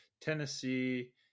Tennessee